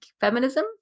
feminism